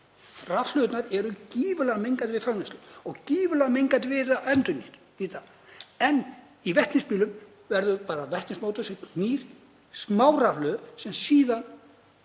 Rafhlöðurnar eru gífurlega mengandi við framleiðslu og gífurlega mengandi að endurnýta þær. En í vetnisbílum verður bara vetnismótor sem knýr smárafhlöðu sem síðan